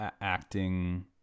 Acting